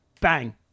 Bang